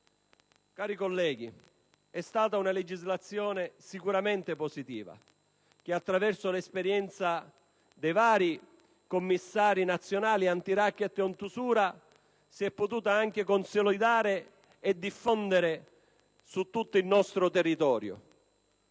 Cari colleghi, si è trattato di una legislazione sicuramente positiva; essa, attraverso l'esperienza dei vari commissari nazionali antiracket o antiusura, si è potuta consolidare e diffondere su tutto il nostro territorio.